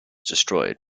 destroyed